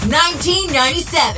1997